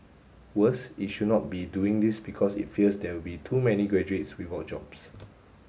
worse it should not be doing this because it fears there will be too many graduates without jobs